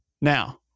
now